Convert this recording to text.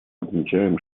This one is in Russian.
отмечаем